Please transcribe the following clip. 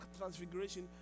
transfiguration